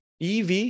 EV